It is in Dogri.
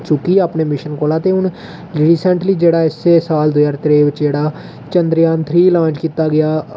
चुक्की गेआ अपने मिशन बिच्चा ते रिसेंटली जेह्ड़ा इस्सै साल जेह्ड़ा चंद्रयान थ्री लांच कीता गेआ